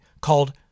called